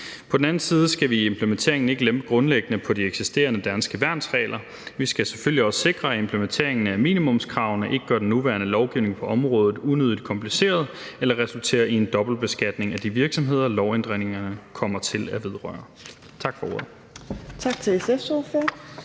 På den anden side skal vi i implementeringen ikke lempe grundlæggende på de eksisterende danske værnsregler. Vi skal selvfølgelig også sikre, at implementeringen af minimumskravene ikke gør den nuværende lovgivning på området unødigt kompliceret eller resulterer i en dobbeltbeskatning af de virksomheder, lovændringerne kommer til at vedrøre.